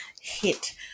hit